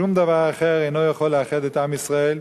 שום דבר אחר לא יכול לאחד את עם ישראל,